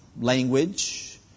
language